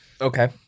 Okay